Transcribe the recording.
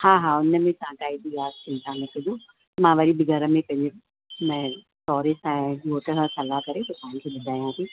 हा हा उन में तव्हां कंहिं बि ॻाल्ह जी चिंता न कजो मां वरी बि घर में पंहिंजे हिन जे सहोरे सां ऐं मुड़िस सां सलाह करे पोइ तव्हां खे ॿुधायांती